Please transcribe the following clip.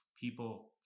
people